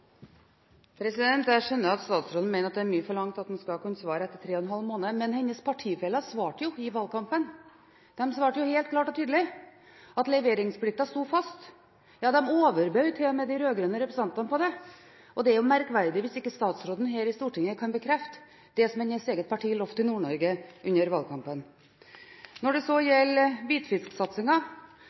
mye forlangt at en skal kunne svare etter tre og en halv måned, men hennes partifeller svarte jo i valgkampen. De svarte helt klart og tydelig at leveringsplikten sto fast. De overbød til og med de rød-grønne representantene på den. Det er jo merkverdig hvis statsråden her i Stortinget ikke kan bekrefte det som hennes eget parti lovet i Nord-Norge under valgkampen. Når det så gjelder